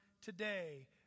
today